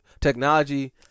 Technology